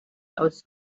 aus